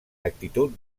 actitud